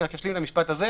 רק אשלים את המשפט הזה.